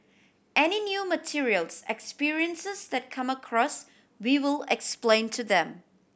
any new materials experiences that come across we will explain to them